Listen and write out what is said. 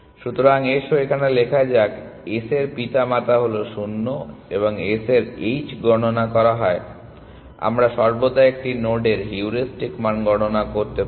সুতরাং এসো এখানে লেখা যাক S এর পিতামাতা হল শূন্য এবং S এর h গণনা করা হয় আমরা সর্বদা একটি নোডের হিউরিস্টিক মান গণনা করতে পারি